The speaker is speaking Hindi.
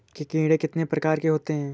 कीड़े कितने प्रकार के होते हैं?